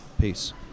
peace